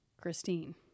Christine